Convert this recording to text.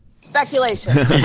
speculation